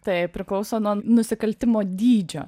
tai priklauso nuo nusikaltimo dydžio